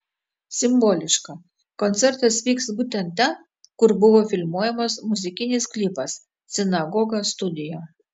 simboliška koncertas vyks būtent ten kur buvo filmuojamas muzikinis klipas sinagoga studio